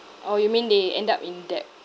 orh you mean they end up in debt